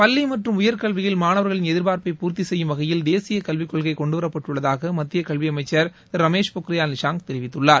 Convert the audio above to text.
பள்ளி மற்றும் உயர்கல்வியில் மாணவர்களின் எதிர்பார்ப்பை பூர்ததி செய்யும் வகையில் தேசிய கல்விக்கொள்கை கொண்டுவரப்பட்டுள்ளதாக மத்திய கல்வித்துறை அமைச்சர் திரு ரமேஷ் பொக்ரியால் நிஷாங்க் தெரிவித்துள்ளார்